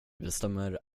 bestämmer